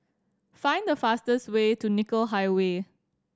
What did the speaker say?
find the fastest way to Nicoll Highway